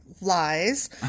Lies